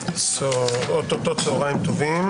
או-טו-טו צוהריים טובים,